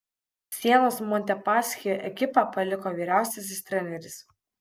sienos montepaschi ekipą paliko vyriausiasis treneris